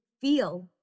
feel